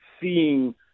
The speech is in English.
seeing